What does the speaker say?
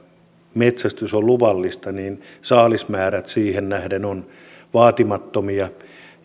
metsästys on luvallista niin saalismäärät siihen nähden ovat vaatimattomia ja nämä